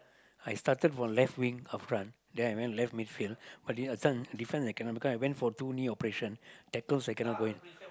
I started from left wing half run then I went left mid field but then defense defense I cannot because I went for two knee operation tackles I cannot go in